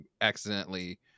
accidentally